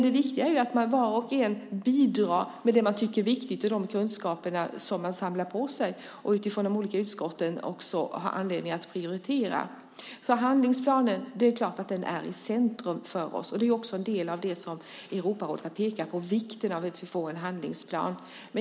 Det viktiga är att var och en bidrar med det man tycker är viktigt, med de kunskaper som man samlar på sig och som man utifrån de olika utskotten har anledning att prioritera. Det är klart att handlingsplanen är i centrum för oss, och det är också en del av det som Europarådet har pekat på, vikten av att vi får en handlingsplan.